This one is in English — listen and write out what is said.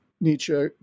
Nietzsche